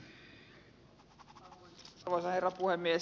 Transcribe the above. arvoisa herra puhemies